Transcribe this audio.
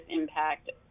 impact